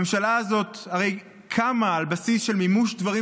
הממשלה הזאת הרי קמה על הבסיס של מימוש הדברים